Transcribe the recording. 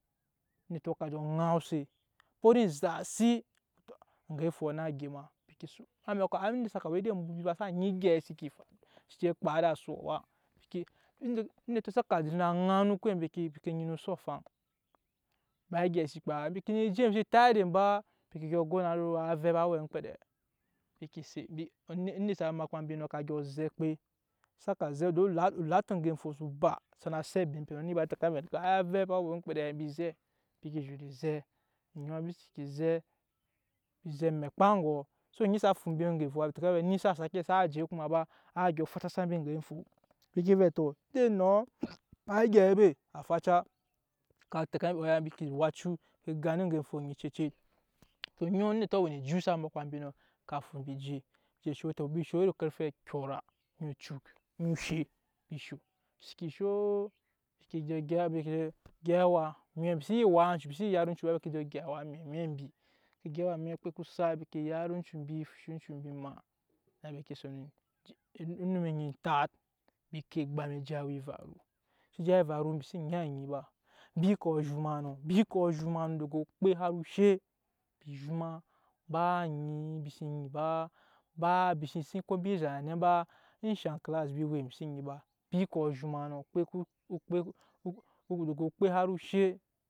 Onetɔ ka je kawuse bɔt enzasi eŋga foɔ ne gema amɛkɔ har onet saka we ed'ebut mbi ba xsa nyi egyɛi ba seke faru se zɛ kpa ed'asuɔ ba onetɔ saka ŋanu kawai mbi ke nyina ensok odyɔŋ afaŋ ba egyɛi se kpa ba embi ke je mbi xnese tat edet ba mbi ke go na wo ro avɛp á we em'oŋmkpedeɛ onet sa makpa mbi nɔ ka dyɔ zɛ okpe saka zɛ se olate oŋge efo so ba sana se eni ba tɛka mbi vɛɛ avɛp á we em'oŋmkpedeɛ mbi ke zhuru zɛ mbi nɛ we em'eciki zɛ mbi ke mekpa egoɔ se onyi sa fu mbi em'oŋga efoɔ a tɛka mbi eni xsa sake xsa je kuma ba a dyɔ facasa mbi oŋge efoɔ mbi vii vɛ tɔ endei enɔ ba egyɛi be a faca embi ke ewacu embi gan em'oŋge efo ocece tɔ onetɔ ka we ne ejut sa makpa mbi nɔ ka fu mbi je je sho tɔ mbi sho iri karfe okyɔra no ocuk no oshe mbi sho embi seke sho embi ke je gyɛp awa embi xse nyi wak ancu mbi xse nyi yat oncu mbi ke je gyɛp awa emwɛt okpe ko sat mbi yat oncu mbi mbi ke fusha oncu mbi maa na mbi ke son eje onum onyi entat embi ko egam en je awa evaru mbi se je awa evaru mbi xse nyi anyi ba mbi kɔ zhoma nɔ mbi kɔ zhoma nɔ daga okpe har oshe mbi zhoma ba anyi mbi se nyi ba mbi xs nyise ko mbi zhat na nɛ ba ensha kalas mbi nyi embi xse nyise ba embi kɔ zhoma nɔ daga okpe har oshe.